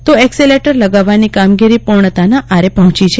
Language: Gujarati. તો અેકસેલેટર લગાવવાની કામગીરી પૂર્ણતાના અારે પહોંચી છે